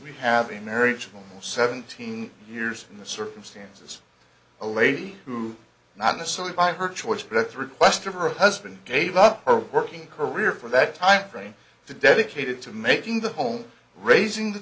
we have a marriageable seventeen years in the circumstances a lady who not necessarily by her choice but at the request of her husband gave up her working career for that time frame to dedicated to making the home raising the